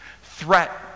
Threat